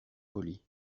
polie